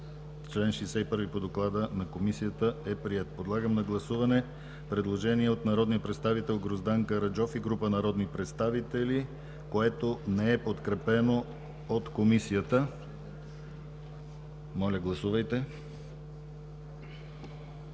Член 61 по доклада на Комисията е приет. Подлагам на гласуване предложение от народния представител Гроздан Караджов и група народни представители, което не е подкрепено от Комисията. Моля, гласувайте.